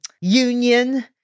union